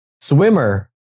swimmer